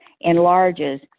enlarges